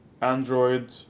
Android